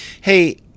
Hey